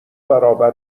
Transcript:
برابر